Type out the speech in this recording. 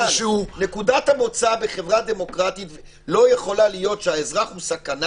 נקודת המוצא בחברה דמוקרטית לא יכולה להיות שהאזרח הוא סכנה,